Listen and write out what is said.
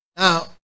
now